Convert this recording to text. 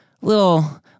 little